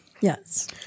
Yes